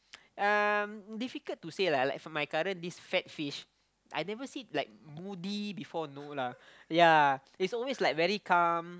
um difficult to say lah like for my current this fat fish I never see like moody before no lah ya it's always like very calm